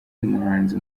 umuhanzi